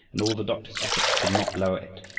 and all the doctor's efforts could not lower it.